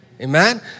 Amen